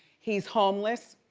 he's homeless,